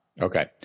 Okay